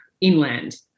inland